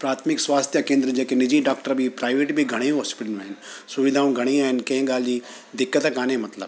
प्राथमिक स्वास्थ्य केंद्र जेके निजी डॉक्टर बि प्राइवेट बि घणेई हॉस्पिटलू आहिनि सुविधाऊं घणी आहिनि कंहिं ॻाल्हि जी दिक़त कान्हे मतिलबु